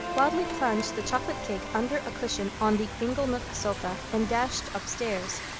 wildly plunged the chocolate cake under a cushion on the inglenook sofa, and dashed upstairs.